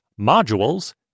modules